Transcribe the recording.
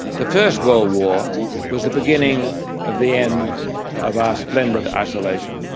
the first world war was the beginning of the end of our splendid isolation,